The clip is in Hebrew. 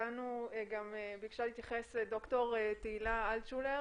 גם ביקשה להתייחס ד"ר תהילה אלטשולר.